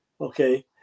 okay